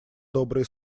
добрые